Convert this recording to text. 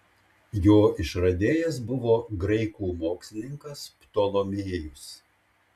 jo išradėjas buvo graikų mokslininkas ptolomėjus